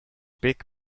big